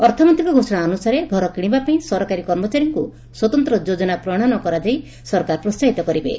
ଅର୍ଥମନ୍ତୀଙ୍କ ଘୋଷଣା ଅନୁସାରେ ଘର କିଶିବା ପାଇଁ ସରକାରୀ କର୍ମଚାରୀଙ୍ଙୁ ସ୍ୱତନ୍ତ ଯୋଜନା ପ୍ରଣୟନ କରାଯାଇ ସରକାର ପ୍ରୋସାହିତ କରିବେ